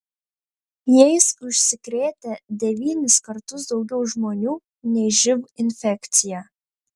jais užsikrėtę devynis kartus daugiau žmonių nei živ infekcija